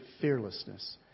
fearlessness